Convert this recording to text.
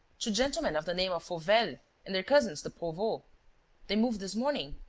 two gentlemen of the name of fauvel and their cousins, the provosts. they moved this morning.